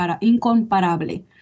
incomparable